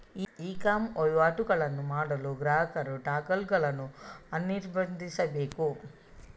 E com ವಹಿವಾಟುಗಳನ್ನು ಮಾಡಲು ಗ್ರಾಹಕರು ಟಾಗಲ್ ಗಳನ್ನು ಅನಿರ್ಬಂಧಿಸಬೇಕು